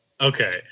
Okay